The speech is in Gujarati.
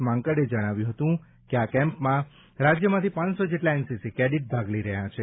માંકડે જણાવ્યું હતું કે આ કેમ્પમાં રાજ્યમાંથી પાંચસો જેટલા એનસીસી કેડેટ ભાગ લઈ રહ્યા છે